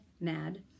mad